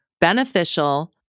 beneficial